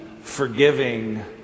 forgiving